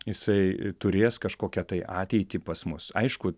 jisai turės kažkokią tai ateitį pas mus aišku